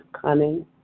cunning